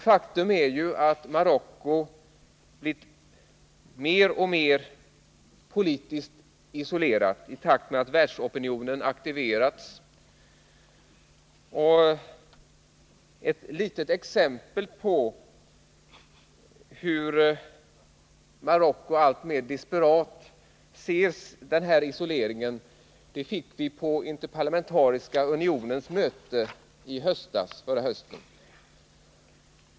Faktum är ju att Marocko har blivit mer och mer isolerat i takt med att världsopinionen aktiverats. Ett litet exempel på att Marocko ser alltmer desperat på den här isoleringen fick vi på interparlamentariska unionens möte förra hösten.